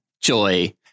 Joy